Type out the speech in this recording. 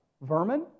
Vermin